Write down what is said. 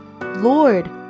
Lord